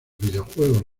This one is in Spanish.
videojuegos